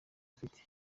afite